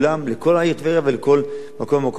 לכל העיר טבריה ולכל מקום ומקום בארץ.